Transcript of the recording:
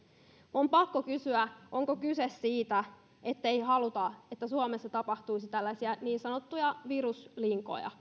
on pakko kysyä onko kyse siitä ettei haluta että suomessa tapahtuisi tällaisia niin sanottuja viruslinkoja